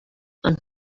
and